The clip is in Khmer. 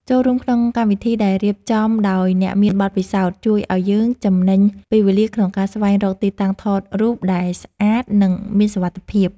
ចូលរួមក្នុងកម្មវិធីដែលរៀបចំដោយអ្នកមានបទពិសោធន៍ជួយឱ្យយើងចំណេញពេលវេលាក្នុងការស្វែងរកទីតាំងថតរូបដែលស្អាត និង មានសុវត្ថិភាព។